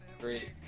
great